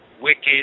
Wicked